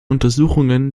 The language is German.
untersuchungen